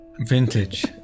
vintage